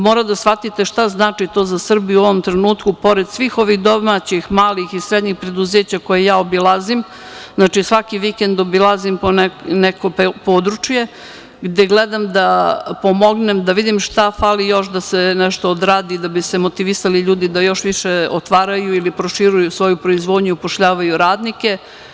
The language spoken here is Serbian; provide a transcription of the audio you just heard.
Mora da shvatite šta znači to za Srbiju u ovom trenutku, pored svih ovih domaćih, malih i srednjih preduzeća koje ja obilazim, svaki vikend obilazim po neko područje gde gledam da pomognem, da vidim šta fali još da se nešto odradi da bi se motivisali ljudi da još više otvaraju ili proširuju svoju proizvodnju i upošljavaju radnike.